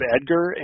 Edgar